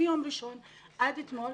מיום ראשון עד אתמול,